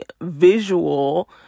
visual